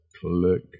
click